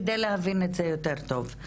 כדי להבין את זה יותר טוב,